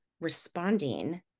responding